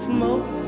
Smoke